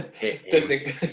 Disney